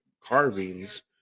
carvings